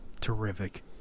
Terrific